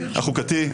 החוקתי,